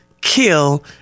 kill